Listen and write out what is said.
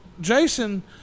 Jason